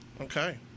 Okay